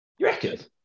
Record